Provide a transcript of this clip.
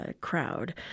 crowd